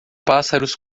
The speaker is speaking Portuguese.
pássaros